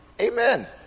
Amen